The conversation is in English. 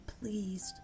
pleased